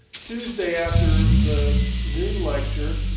tuesday after the noon lecture,